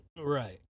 Right